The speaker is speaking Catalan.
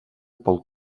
pel